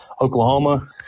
Oklahoma